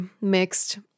mixed